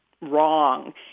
wrong